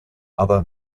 other